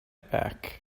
back